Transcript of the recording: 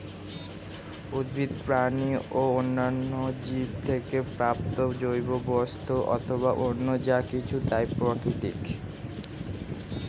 উদ্ভিদ, প্রাণী ও অন্যান্য জীব থেকে প্রাপ্ত জৈব বস্তু অথবা অন্য যা কিছু তাই প্রাকৃতিক